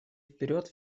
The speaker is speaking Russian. вперед